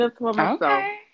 Okay